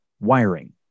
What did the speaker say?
wiring